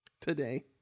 today